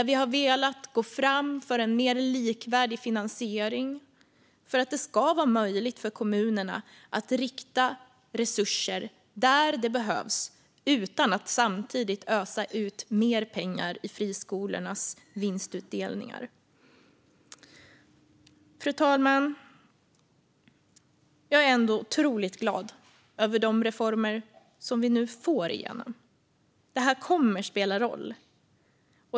Vi har velat gå fram för en mer likvärdig finansiering för att det ska vara möjligt för kommunerna att rikta resurser dit där de behövs utan att samtidigt ösa ut mer pengar i friskolornas vinstutdelningar. Fru talman! Jag är ändå otroligt glad över de reformer som vi nu får igenom. Detta kommer att spela roll.